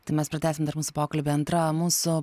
tai mes pratęsim dar mūsų pokalbį antra mūsų